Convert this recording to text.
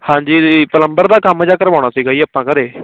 ਹਾਂਜੀ ਜੀ ਪਲੰਬਰ ਦਾ ਕੰਮ ਜਾ ਕਰਵਾਉਣਾ ਸੀਗਾ ਜੀ ਆਪਾਂ ਘਰ